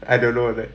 I don't know leh